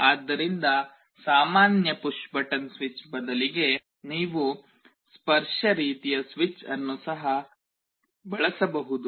ಆದ್ದರಿಂದ ಸಾಮಾನ್ಯ push button switch ಬದಲಿಗೆ ನೀವು ಸ್ಪರ್ಶ ರೀತಿಯ ಸ್ವಿಚ್ ಅನ್ನು ಸಹ ಬಳಸಬಹುದು